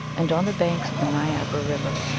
and on the banks of the niagara river.